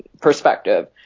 perspective